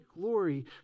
glory